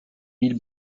mille